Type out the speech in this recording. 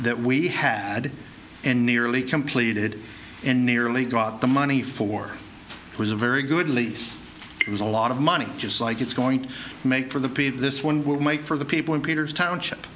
that we had and nearly completed and nearly got the money for it was a very good lease it was a lot of money just like it's going to make for the p d this one will make for the people in peter's township